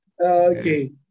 Okay